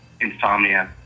insomnia